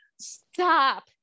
stop